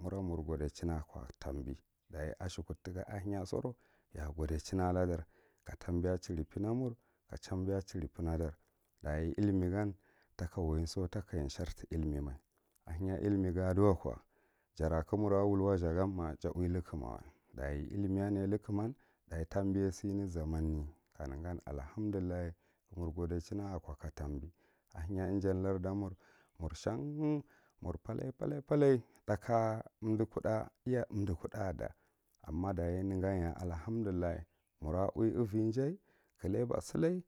muran mur godichin a ka tambi dachin ashekud tika ahenya sora ya a godichin a ladar ka tambiya chiripen n amur, ka tambiya chiripenna dar, dachi illimi gan taka waiso shary ti illimi me ahenya illimi ‘a duwako jara ka mura wul wazih gama ja uwi lukumawa dachi illimiya lukuman dachi tambiya sinti zamanne kanegan allahamdullah mur godichin atambi ahenya ija lard amur mur shan mur pale, pale th’ah ka umdi iya, kudhe da, ama dachi neganyaje mur allahamdullah uwi’ivijay klebasile.